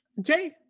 Jay